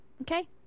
Okay